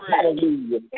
Hallelujah